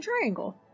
Triangle